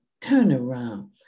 turnaround